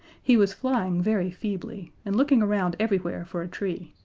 he was flying very feebly, and looking around everywhere for a tree,